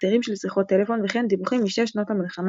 תקצירים של שיחות טלפון וכן דיווחים משש שנות המלחמה